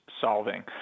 solving